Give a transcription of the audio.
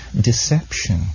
deception